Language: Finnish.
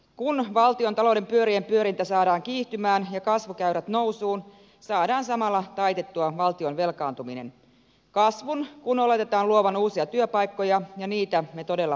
kun valtiontalouden pyörien pyörintä saadaan kiihtymään ja kasvukäyrät nousuun saadaan samalla taitettua valtion velkaantuminen kasvun kun oletetaan luovan uusia työpaikkoja ja niitä me todella tarvitsemme